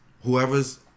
whoever's